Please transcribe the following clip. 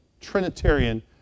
Trinitarian